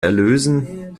erlösen